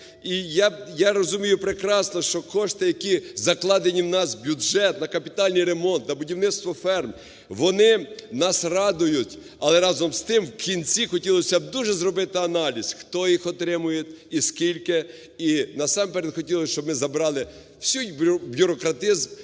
і я розумію прекрасно, що кошти, які закладені в нас в бюджет на капітальний ремонт, на будівництво ферм, вони нас радують, але разом з тим в кінці хотілося б дуже зробити аналіз, хто їх отримує і скільки. І насамперед хотілося б, щоб ми забрали весь бюрократизм